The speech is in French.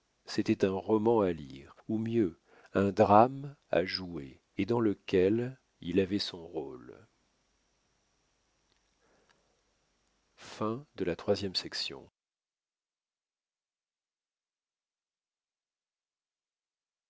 c'était un roman à lire ou mieux un drame à jouer et dans lequel il avait son rôle